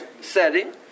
setting